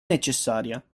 necessaria